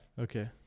Okay